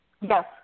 Yes